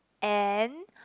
and